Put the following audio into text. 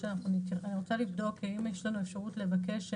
--- אני רוצה לבדוק האם יש לנו אפשרות לבקש,